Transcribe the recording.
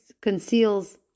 conceals